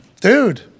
Dude